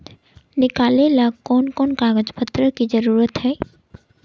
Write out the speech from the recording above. निकाले ला कोन कोन कागज पत्र की जरूरत है?